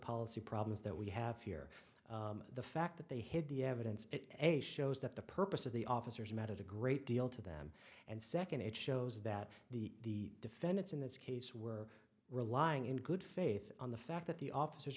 policy problems that we have here the fact that they hid the evidence a shows that the purpose of the officers mattered a great deal to them and second it shows that the defendants in this case were relying in good faith on the fact that the officers